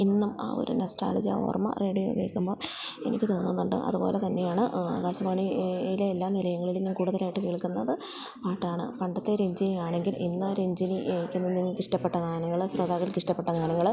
ഇന്നും ആ ഒരു നൊസ്റ്റാൾജിയ ഓർമ്മ റേഡിയോ കേള്ക്കുമ്പോള് എനിക്ക് തോന്നുന്നുണ്ട് അതുപോലെത്തന്നെയാണ് ആകാശവാണിയിലെ എല്ലാ നിലയങ്ങളിലും ഞാന് കൂടുതലായിട്ടും കേൾക്കുന്നത് പാട്ടാണ് പണ്ടത്തെ രഞ്ജിനി ആണെങ്കിൽ ഇന്ന് രഞ്ജിനി നിങ്ങള്ക്കിഷ്ടപ്പെട്ട ഗാനങ്ങള് ശ്രോതാക്കൾക്ക് ഇഷ്ടപ്പെട്ട ഗാനങ്ങള്